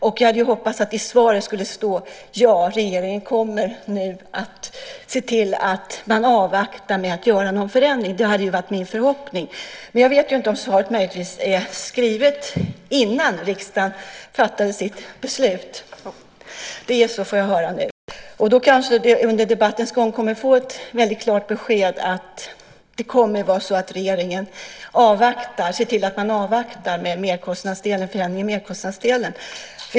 Min förhoppning var att det i svaret skulle stå: Ja, regeringen kommer nu att avvakta med att göra någon förändring. Men jag vet inte om svaret möjligtvis skrevs innan riksdagen fattade sitt beslut. Det är så, får jag höra nu. Då kanske vi under debattens gång kommer att få ett väldigt klart besked om att regeringen ser till att avvakta med en förändring i merkostnadsdelen.